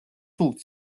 სულ